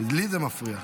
לי זה מפריע.